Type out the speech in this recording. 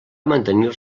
mantenir